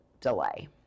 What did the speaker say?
delay